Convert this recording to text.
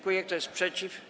Kto jest przeciw?